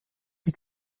die